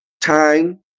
time